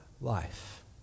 life